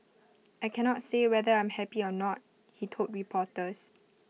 I cannot say whether I'm happy or not he told reporters